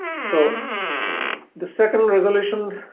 so the second resolution